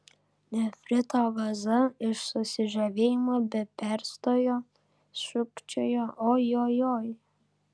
nefrito vaza iš susižavėjimo be perstojo šūkčiojo ojojoi